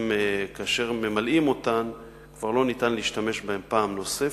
שכאשר ממלאים אותן כבר לא ניתן להשתמש בהן פעם נוספת.